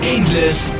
Endless